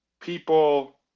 people